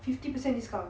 fifty percent discount